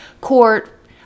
court